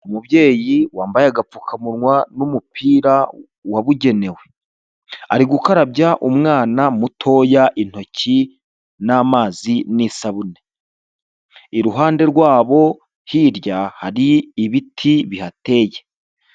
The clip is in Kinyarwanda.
Umubyeyi wambaye agapfukamunwa n'umupira wabugenewe, ari gukarabya umwana mutoya intoki n'amazi n'isabune, iruhande rwabo hirya hari ibiti bihateye.